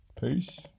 Peace